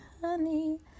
honey